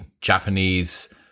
Japanese